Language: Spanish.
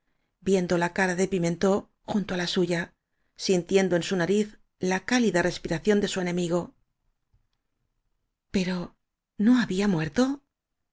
viendo la cara de pimentó junto á la suya sintiendo en su nariz la cálida respi ración de su enemigo pero no había muerto